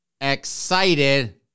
excited